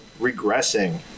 regressing